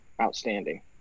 outstanding